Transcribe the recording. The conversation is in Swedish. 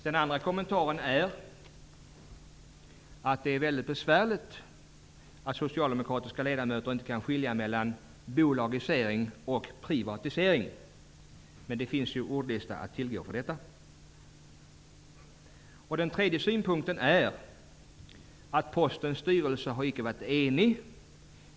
Den andra kommentaren är att det är mycket besvärligt att socialdemokratiska ledamöter inte kan skilja mellan bolagisering och privatisering. Men det finns ju ordlista att tillgå för detta. Den tredje synpunkten är att Postens styrelse icke har varit enig.